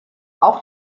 auch